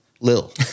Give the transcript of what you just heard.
lil